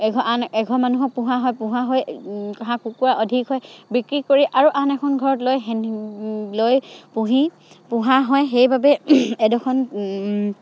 এঘ আন এঘৰ মানুহক পোহা হয় পোহা হৈ হাঁহ কুকুৰা অধিক হৈ বিক্ৰী কৰি আৰু আন এখন ঘৰত লৈ লৈ পুহি পোহা হয় সেইবাবে এডখন